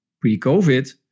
pre-COVID